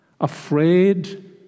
Afraid